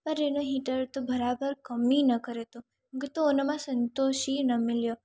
पर हिन हीटर त बराबरि कम ई न करे थो मूंखे त हिन मां संतोष ई न मिलियो